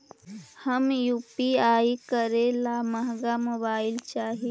हम यु.पी.आई करे ला महंगा मोबाईल चाही?